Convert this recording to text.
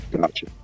Gotcha